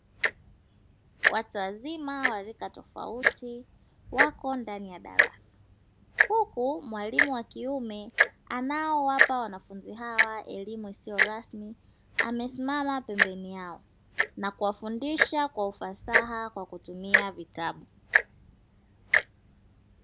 Watu wazima wa rika tofauti wako ndani ya darasa, huku mwalimu wa kiume anayewapa wanafunzi hawa elimu isiyo rasmi amesimama pembeni yao, na kuwafundisha kwa ufasaha kwa kutumia vitabu.